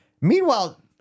Meanwhile